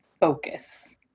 focus